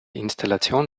installation